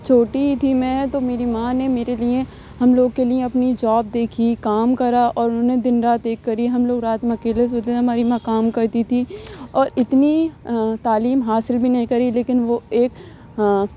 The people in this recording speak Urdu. چھوٹی تھی میں تو میری ماں نے میرے لیے ہم لوگ کے لیے اپنی جاب دیکھی کام کرا اور انہوں نے دن رات ایک کری ہم لوگ رات میں اکیلے سوتے ہیں ہماری ماں کام کرتی تھی اور اتنی تعلیم حاصل بھی نہیں کری لیکن وہ ایک